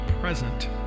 present